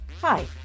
Hi